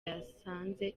yasanze